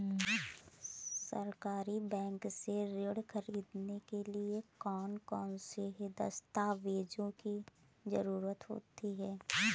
सहकारी बैंक से ऋण ख़रीदने के लिए कौन कौन से दस्तावेजों की ज़रुरत होती है?